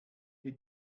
die